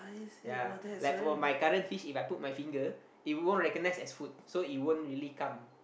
ya like for my current fish If I put my finger it won't recognize as food so it won't really come